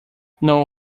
know